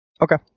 Okay